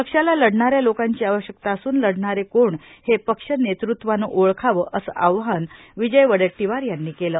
पक्षाला लढणाऱ्या लोकांची आवश्यकता असून लढणारे कोण हे पक्षनेतृत्वत ओळखावे असे आवाहन विजय वडेट्टीवार यांनी केले